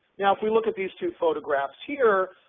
now if we look at these two photographs here,